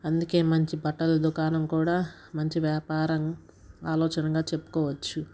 అందుకే మంచి బట్టల దుకాణం కూడా మంచి వ్యాపారం ఆలోచనగా చెప్పుకోవచ్చు